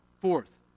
Fourth